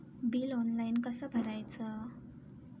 Bill online कसा भरायचा?